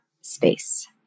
space